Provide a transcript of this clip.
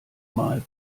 mal